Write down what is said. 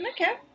Okay